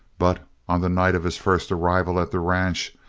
but on the night of his first arrival at the ranch,